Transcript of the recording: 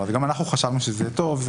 גם אנחנו חשבנו שזה טוב.